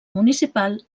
municipal